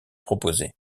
proposé